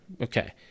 Okay